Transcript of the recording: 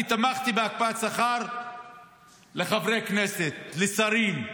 תמכתי בהקפאת שכר לחברי כנסת, לשרים,